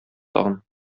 тагын